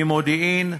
ממודיעין,